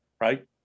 Right